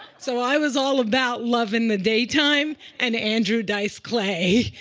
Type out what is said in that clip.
so i was all about love in the daytime and andrew dice clay.